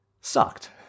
sucked